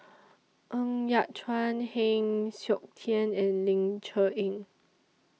Ng Yat Chuan Heng Siok Tian and Ling Cher Eng